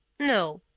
no,